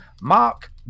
Mark